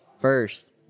first